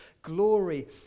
glory